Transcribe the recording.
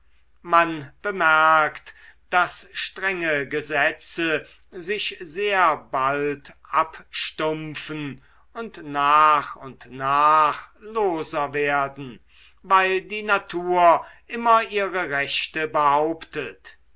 man bemerkt daß strenge gesetze sich sehr bald abstumpfen und nach und nach loser werden weil die natur immer ihre rechte behauptet